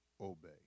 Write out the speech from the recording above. obey